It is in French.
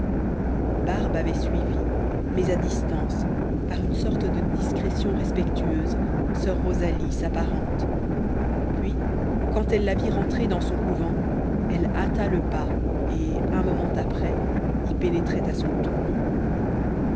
barbe avait suivi mais à distance par une sorte de discrétion respectueuse soeur rosalie sa parente puis quand elle la vit rentrer dans son couvent elle hâta le pas et un moment après y pénétrait à son tour